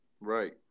right